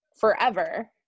forever